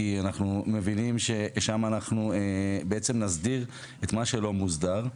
כי אנחנו מבינים ששם נסדיר את מה שלא מוסדר.